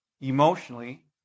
emotionally